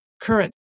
current